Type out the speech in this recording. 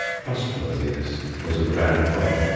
trustworthiness was a grand point,